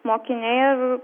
mokiniai ir